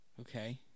Okay